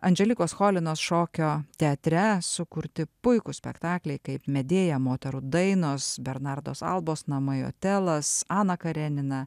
andželikos cholinos šokio teatre sukurti puikūs spektakliai kaip medėja moterų dainos bernardos albos namai otelas ana karenina